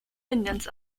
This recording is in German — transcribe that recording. indiens